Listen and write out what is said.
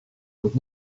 with